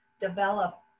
develop